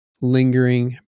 lingering